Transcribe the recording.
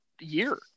year